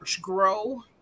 grow